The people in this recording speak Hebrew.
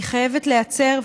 היא חייבת להיעצר.